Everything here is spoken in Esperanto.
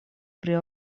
pri